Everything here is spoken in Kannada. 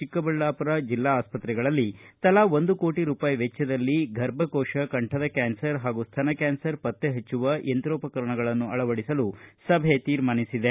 ಚಿಕ್ಕಬಳ್ಯಾಪುರ ಜಿಲ್ಲಾ ಆಸ್ಪತ್ರೆಗಳಲ್ಲಿ ತಲಾ ಒಂದು ಕೋಟ ರೂಪಾಯಿ ವೆಚ್ಚದಲ್ಲಿ ಗರ್ಭಕೋತ ಕಂಠದ ಕ್ವಾನ್ಸರ್ ಹಾಗೂ ಸ್ತನ ಕ್ಯಾನ್ಸರ್ ಪತ್ತೆ ಹಚ್ಚುವ ಯಂತ್ರೋಪಕರಣಗಳನ್ನು ಅಳವಡಿಸಲು ಸಭೆ ತೀರ್ಮಾನಿಸಿದೆ